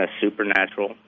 supernatural